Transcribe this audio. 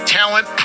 talent